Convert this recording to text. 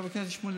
חבר הכנסת שמולי,